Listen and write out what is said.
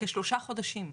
כשלושה חודשים.